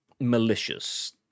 malicious